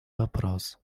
вопрос